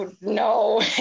no